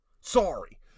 Sorry